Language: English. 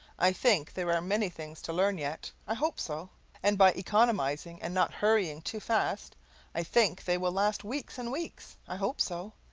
i think there are many things to learn yet i hope so and by economizing and not hurrying too fast i think they will last weeks and weeks. i hope so.